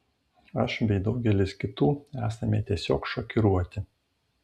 aš bei daugelis kitų esame tiesiog šokiruoti